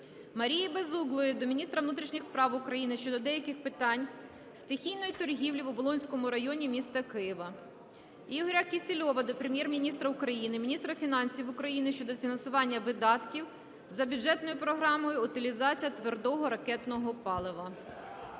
Мар'яни Безуглої до міністра внутрішніх справ України щодо деяких питань стихійної торгівлі в Оболонському районі міста Києва. Ігоря Кісільова до Прем'єр-міністра України, міністра фінансів України щодо фінансування видатків за бюджетною програмою "Утилізація твердого ракетного палива".